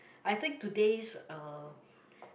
I think today's uh